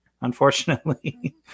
unfortunately